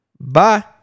Bye